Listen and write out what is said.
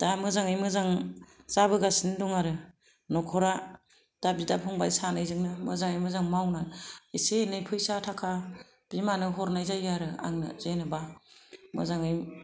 दा मोजाङै मोजां जाबोगासिन दं आरो नखरा दा बिदा फंबाय सानैजोंनो मोजाङै मोजां मावनान एसे एनै फैसा थाखा बिमानो हरनाय जायो आरो आंनो जेनेबा मोजाङै